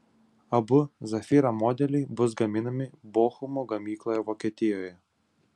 abu zafira modeliai bus gaminami bochumo gamykloje vokietijoje